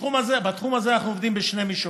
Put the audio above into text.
בתחום הזה אנחנו עובדים בשני מישורים,